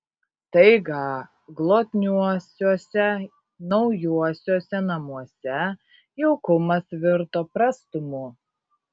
staiga glotniuosiuose naujuosiuose namuose jaukumas virto prastumu